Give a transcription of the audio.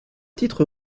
titre